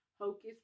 Hocus